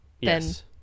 Yes